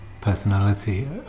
personality